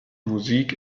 musik